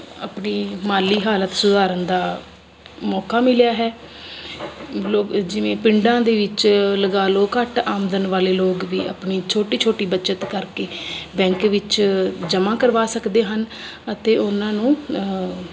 ਆਪਣੀ ਮਾਲੀ ਹਾਲਤ ਸੁਧਾਰਨ ਦਾ ਮੌਕਾ ਮਿਲਿਆ ਹੈ ਲੋ ਜਿਵੇਂ ਪਿੰਡਾਂ ਦੇ ਵਿੱਚ ਲਗਾ ਲਓ ਘੱਟ ਆਮਦਨ ਵਾਲੇ ਲੋਕ ਵੀ ਆਪਣੇ ਛੋਟੀ ਛੋਟੀ ਬੱਚਤ ਕਰਕੇ ਬੈਂਕ ਵਿੱਚ ਜਮ੍ਹਾਂ ਕਰਵਾ ਸਕਦੇ ਹਨ ਅਤੇ ਉਹਨਾਂ ਨੂੰ